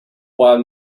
while